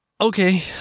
Okay